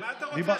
מה אתה רוצה,